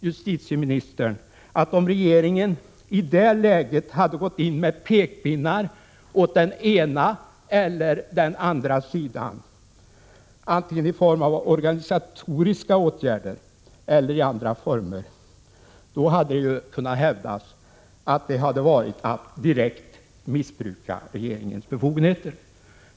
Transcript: Justitieministern hävdar att om regeringen i det läget hade gått in med pekpinnar åt den ena eller den andra sidan, antingen i form av organisatoriska åtgärder eller i andra former, då hade det kunnat sägas att det hade varit att direkt missbruka regeringens befogenheter.